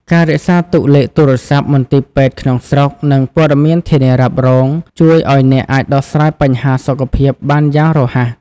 ការរក្សាទុកលេខទូរស័ព្ទមន្ទីរពេទ្យក្នុងស្រុក និងព័ត៌មានធានារ៉ាប់រង ជួយឱ្យអ្នកអាចដោះស្រាយបញ្ហាសុខភាពបានយ៉ាងរហ័ស។